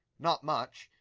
not much.